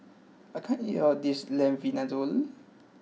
I can't eat all of this Lamb Vindaloo